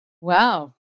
Wow